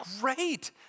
great